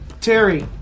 Terry